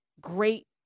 great